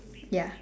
ya